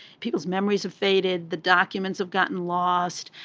people's memories have faded. the documents have gotten lost.